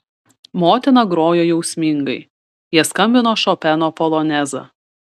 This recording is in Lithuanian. motina grojo jausmingai jie skambino šopeno polonezą